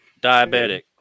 Diabetic